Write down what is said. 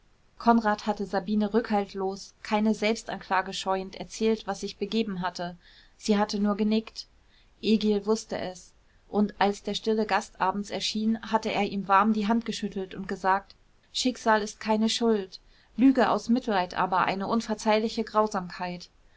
konrad hatte sabine rückhaltlos keine selbstanklage scheuend erzählt was sich begeben hatte sie hatte nur genickt egil wußte es und als der stille gast abends erschien hatte er ihm warm die hand geschüttelt und gesagt schicksal ist keine schuld lüge aus mitleid aber eine unverzeihliche grausamkeit